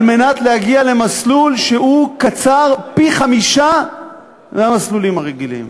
על מנת להגיע למסלול שאורכו חמישית מאורך המסלולים הרגילים.